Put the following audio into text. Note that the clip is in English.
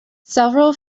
several